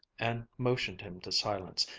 and motioned him to silence.